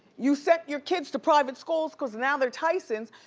you sent your kids to private schools cause now they're tysons,